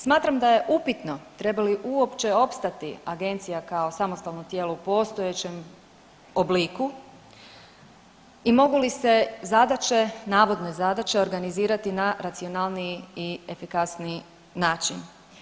Smatram da je upitno treba li uopće opstati agencija kao samostalno tijelo u postojećem obliku i mogu li se zadaće navodne zadaće organizirati na racionalniji i efikasniji način.